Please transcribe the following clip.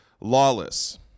Lawless